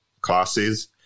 classes